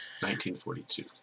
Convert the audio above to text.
1942